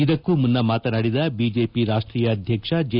ಇದಕ್ಕೂ ಮುನ್ನ ಮಾತನಾಡಿದ ಬಿಜೆಪಿ ರಾಷ್ಷೀಯ ಅಧ್ಯಕ್ಷ ಜೆ